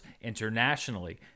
internationally